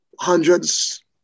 hundreds